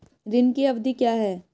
ऋण की अवधि क्या है?